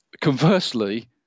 Conversely